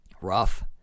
Rough